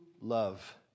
love